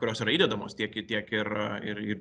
kurios yra įdedamos tiek i tiek ir ir ir